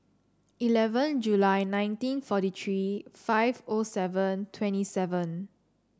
eleven July nineteen forty three five O seven twenty seven